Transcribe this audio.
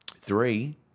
Three